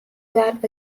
guard